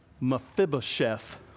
Mephibosheth